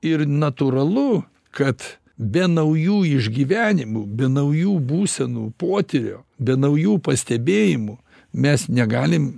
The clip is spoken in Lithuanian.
ir natūralu kad be naujų išgyvenimų be naujų būsenų potyrių be naujų pastebėjimų mes negalim